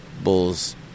bulls